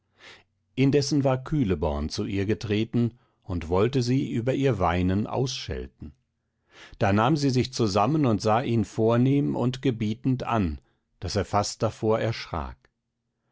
indessen war kühleborn zu ihr getreten und wollte sie über ihr weinen ausschelten da nahm sie sich zusammen und sah ihn vornehm und gebietend an daß er fast davor erschrak